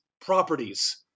properties